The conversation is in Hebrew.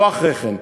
לא אחרי כן,